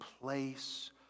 place